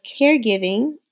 caregiving